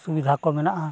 ᱥᱩᱵᱤᱫᱷᱟ ᱠᱚ ᱢᱮᱱᱟᱜᱼᱟ